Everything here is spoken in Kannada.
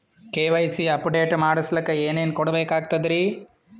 ಕೆ.ವೈ.ಸಿ ಅಪಡೇಟ ಮಾಡಸ್ಲಕ ಏನೇನ ಕೊಡಬೇಕಾಗ್ತದ್ರಿ?